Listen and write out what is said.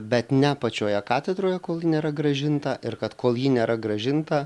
bet ne pačioje katedroje kol ji nėra grąžinta ir kad kol ji nėra grąžinta